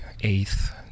eighth